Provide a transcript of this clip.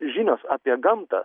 žinios apie gamtą